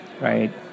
right